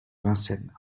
vincennes